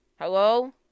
Hello